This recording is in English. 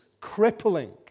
crippling